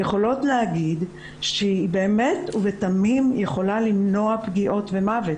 יכולות להגיד שהיא באמת ובתמים יכולה למנוע פגיעות ומוות,